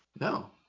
No